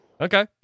okay